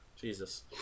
Jesus